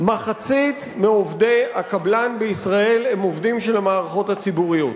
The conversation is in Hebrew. מחצית מעובדי הקבלן בישראל הם עובדים של המערכות הציבוריות.